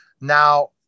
Now